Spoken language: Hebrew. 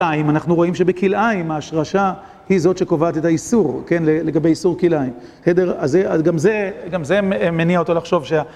אנחנו רואים שבכלאיים ההשרשה היא זאת שקובעת את האיסור, כן, לגבי איסור כלאיים. אז זה, אז גם זה, גם זה מניע אותו לחשוב שה...